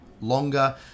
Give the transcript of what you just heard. longer